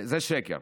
זה שקר.